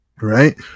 Right